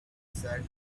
sat